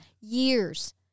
years